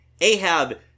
Ahab